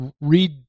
Read